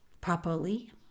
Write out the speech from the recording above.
properly